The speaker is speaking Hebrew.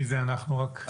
מי זה אנחנו רק?